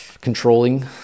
controlling